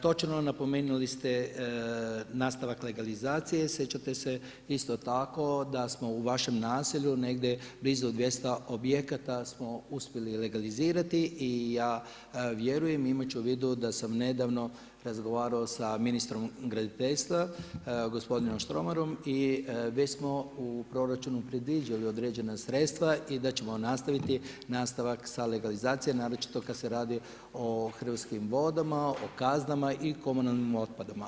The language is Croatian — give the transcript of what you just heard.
Točno, napomenuli ste nastavak legalizacije, sjećate se isto tako da smo u vašem naselju blizu 200 objekata smo uspjeli legalizirati i ja vjerujem i imat ću u vidu da sam nedavno razgovarao s ministrom graditeljstva, gospodinom Štromarom i već smo u proračunu predviđali određena sredstva i da ćemo nastaviti nastavak sa legalizacijom naročito kada se radi o Hrvatskim vodama, o kaznama i o komunalnim otpadom.